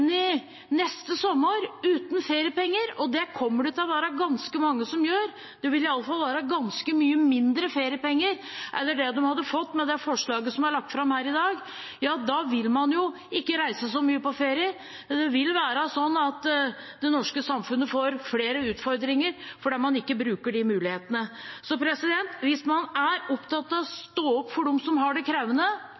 i neste sommer uten feriepenger – det kommer det til å være ganske mange som gjør, det ville i alle fall være ganske mye mindre feriepenger enn det de hadde fått med det forslaget som er lagt fram her i dag – vil man ikke reise så mye på ferie. Det norske samfunnet vil få flere utfordringer fordi man ikke bruker disse mulighetene. Hvis man er opptatt av å